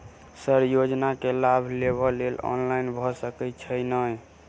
Sir योजना केँ लाभ लेबऽ लेल ऑनलाइन भऽ सकै छै नै?